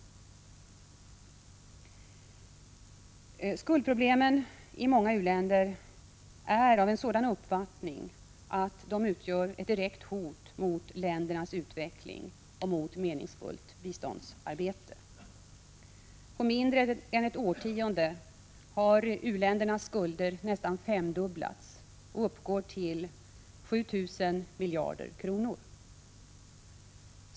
Skuldproblemen i många u-länder är av en sådan omfattning att de utgör ett direkt hot mot ländernas utveckling och mot meningsfullt biståndsarbete. På mindre än ett årtionde har u-ländernas skulder nästan femdubblats och uppgår till 7 000 miljarder kronor.